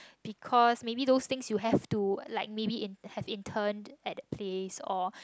because maybe those things you have to like maybe in have interned at that place or